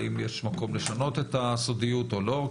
האם יש מקום לשנות את הסודיות או לא?